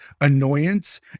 annoyance